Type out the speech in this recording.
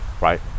right